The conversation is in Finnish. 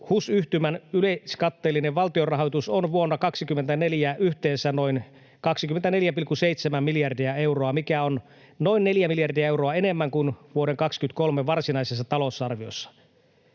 HUS-yhtymän yleiskatteellinen valtionrahoitus on vuonna 24 yhteensä noin 24,7 miljardia euroa, mikä on noin neljä miljardia euroa enemmän kuin vuoden 23 varsinaisessa talousarviossa.